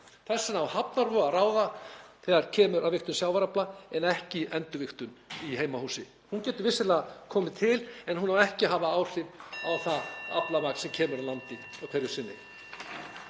vegna á hafnarvog að ráða þegar kemur að vigtun sjávarafla en ekki endurvigtun í heimahúsi. Hún getur vissulega komið til en hún á ekki að hafa áhrif á það aflamagn sem kemur að landi hverju sinni.